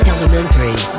Elementary